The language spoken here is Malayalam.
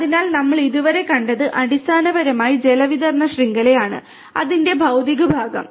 അതിനാൽ നമ്മൾ ഇതുവരെ കണ്ടത് അടിസ്ഥാനപരമായി ജലവിതരണ ശൃംഖലയാണ് അതിന്റെ ഭൌതിക ഭാഗം